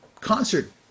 concert